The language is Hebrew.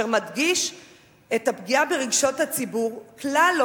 אשר מדגיש את הפגיעה ברגשות הציבור וכלל לא